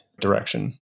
direction